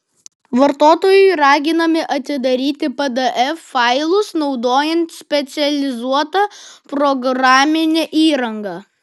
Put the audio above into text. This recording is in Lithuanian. vartotojai raginami atidaryti pdf failus naudojant specializuotą programinę įrangą